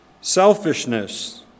selfishness